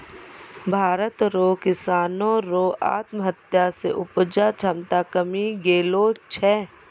भारत रो किसानो रो आत्महत्या से उपजा क्षमता कमी गेलो छै